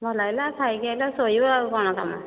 ଭଲ ଲାଗିଲା ଖାଇକି ଆସିଲୁ ଶୋଇବା ଆଉ କ'ଣ କାମ